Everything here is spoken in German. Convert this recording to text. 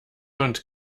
und